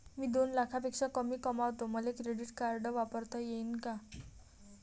मी दोन लाखापेक्षा कमी कमावतो, मले क्रेडिट कार्ड वापरता येईन का?